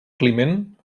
climent